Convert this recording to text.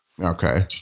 Okay